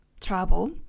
trouble